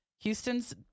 Houston's